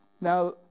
Now